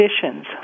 conditions